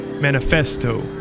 manifesto